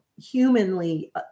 humanly